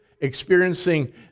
experiencing